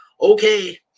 okay